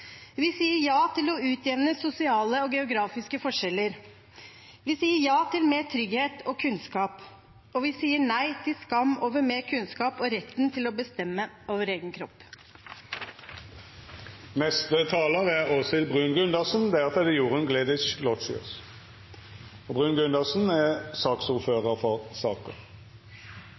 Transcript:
Vi sier ja til å utjevne sosiale og geografiske forskjeller. Vi sier ja til mer trygghet og kunnskap. Og vi sier nei til skam over mer kunnskap og retten til å bestemme over egen kropp. Det beste for et barn er nok å vokse opp i en familie med to foreldre som er